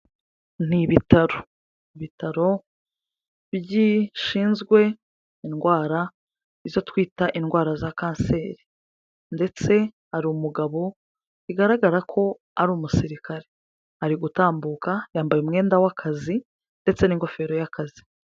Ni ibitaro, ibitaro bishinzwe indwara izo twita indwara za kanseri ndetse hari umugabo bigaragara ko ari umusirikare, ari gutambuka yambaye umwenda w'akazi ndetse n'ingofero y'akazi.